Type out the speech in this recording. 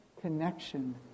connection